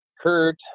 Kurt